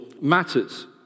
matters